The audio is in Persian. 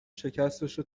شکستشو